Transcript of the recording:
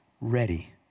ready